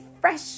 fresh